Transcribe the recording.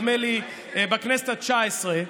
נדמה לי בכנסת התשע-עשרה.